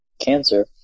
cancer